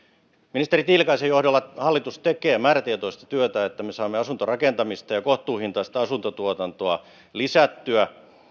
ministeri tiilikaisen johdolla hallitus tekee määrätietoista työtä että me saamme asuntorakentamista ja kohtuuhintaista asuntotuotantoa lisättyä